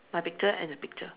my picture and your picture